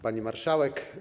Pani Marszałek!